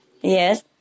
Yes